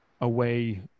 away